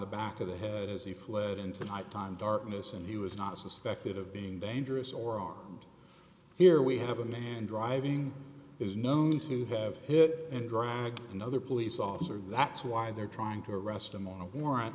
the back of the head as he fled into nighttime darkness and he was not suspected of being dangerous or are here we have a man driving is known to have hit and drive another police officer that's why they're trying to arrest him on a